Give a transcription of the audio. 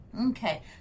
Okay